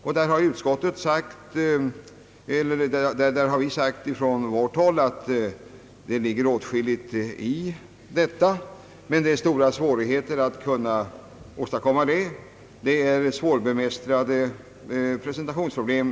Vi säger i vår reservation till bankoutskottets utlåtande att det ligger åtskilligt i detta, men att man här möter svårbemästrade presentationsproblem.